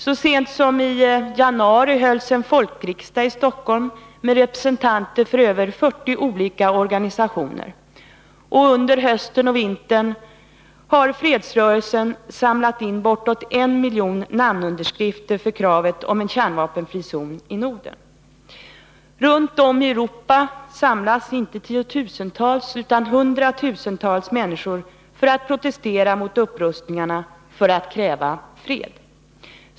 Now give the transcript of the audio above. Så sent som i januari hölls en folkriksdag i Stockholm med representanter för över 40 olika organisationer, och under hösten och vintern har fredsrörelsen samlat in bortåt 1 miljon namnunderskrifter för kravet på en kärnvapenfri zon i Norden. ; Runt om i Europa samlas inte tiotusentals utan hundratusentals människor för att protestera mot upprustningarna — för att kräva fred.